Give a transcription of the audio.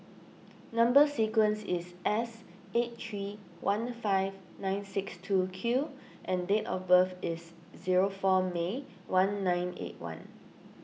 Number Sequence is S eight three one five nine six two Q and date of birth is zero four May one nine eight one